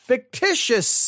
Fictitious